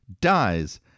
dies